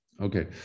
okay